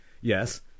Yes